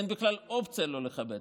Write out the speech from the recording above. אין בכלל אופציה לא לכבד.